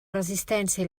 resistència